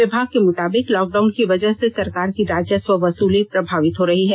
विभाग के मुताबिक लॉकडाउन की वजह से सरकार की राजस्व वसूली प्रभावित हो रही है